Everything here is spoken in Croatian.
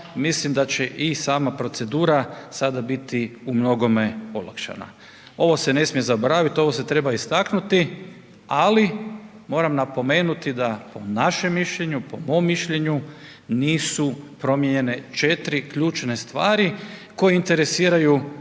mislim da će i sama procedura sada biti umnogome olakšana. Ovo se ne smije zaboraviti, ovo se treba istaknuti, ali moram napomenuti da po našem mišljenju, po mom mišljenju nisu promijenjene četiri ključne stvari koje interesiraju